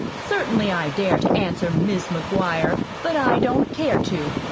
certainly i dare to answer, mis' mcguire, but i don't care to.